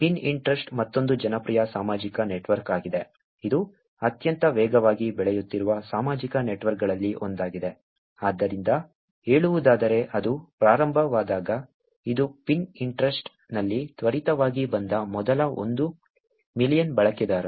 Pinterest ಮತ್ತೊಂದು ಜನಪ್ರಿಯ ಸಾಮಾಜಿಕ ನೆಟ್ವರ್ಕ್ ಆಗಿದೆ ಇದು ಅತ್ಯಂತ ವೇಗವಾಗಿ ಬೆಳೆಯುತ್ತಿರುವ ಸಾಮಾಜಿಕ ನೆಟ್ವರ್ಕ್ಗಳಲ್ಲಿ ಒಂದಾಗಿದೆ ಆದ್ದರಿಂದ ಹೇಳುವುದಾದರೆ ಅದು ಪ್ರಾರಂಭವಾದಾಗ ಇದು Pinterest ನಲ್ಲಿ ತ್ವರಿತವಾಗಿ ಬಂದ ಮೊದಲ ಒಂದು ಮಿಲಿಯನ್ ಬಳಕೆದಾರರು